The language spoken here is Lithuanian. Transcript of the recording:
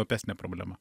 opesnė problema